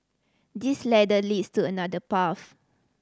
this ladder leads to another path